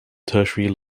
tertiary